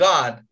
God